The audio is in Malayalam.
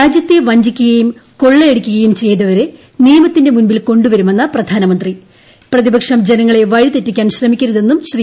രാജ്യത്തെ വഞ്ചിക്കുകയും കൊള്ളയടിക്കുകയും ചെയ്തവരെ നിയമത്തിന്റെ മുമ്പിൽ കൊണ്ടുവരുമെന്ന് പ്രധാനമന്ത്രി പ്രതിപക്ഷം ജനങ്ങളെ വഴിതെറ്റിക്കാൻ ശ്രമിക്കരുതെന്നും ശ്രീ